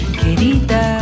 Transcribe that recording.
querida